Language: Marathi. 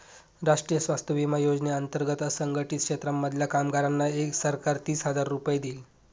राष्ट्रीय स्वास्थ्य विमा योजने अंतर्गत असंघटित क्षेत्रांमधल्या कामगारांना सरकार तीस हजार रुपये देईल